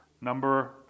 Number